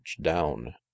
down